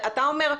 אתה אומר,